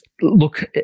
Look